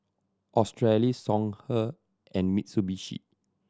Australis Songhe and Mitsubishi